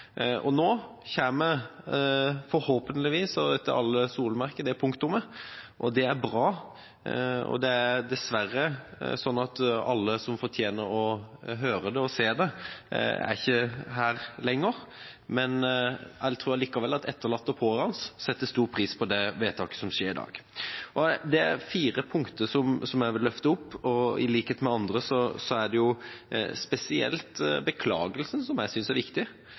oss. Nå kommer forhåpentligvis og etter alle solemerker det punktumet, og det er bra. Det er dessverre sånn at alle som fortjener å høre det og se det, ikke lenger er her, men jeg tror likevel at etterlatte og pårørende setter stor pris på det vedtaket som fattes i dag. Det er fire punkter som jeg vil jeg vil løfte fram. I likhet med andre vil jeg si at det er spesielt beklagelsen jeg synes er viktig